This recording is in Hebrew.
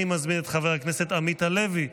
אני מזמין את חבר הכנסת עמית הלוי,